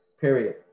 period